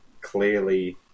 clearly